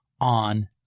on